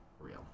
real